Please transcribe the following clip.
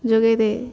ଯୋଗାଇ ଦିଏ